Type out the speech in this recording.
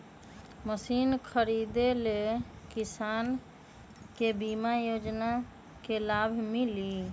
Machine खरीदे ले किसान के बीमा योजना के लाभ मिली?